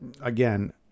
Again